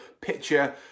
picture